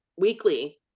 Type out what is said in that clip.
weekly